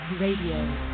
Radio